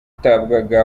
batabwaga